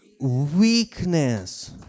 weakness